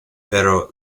pero